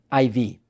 IV